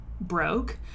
broke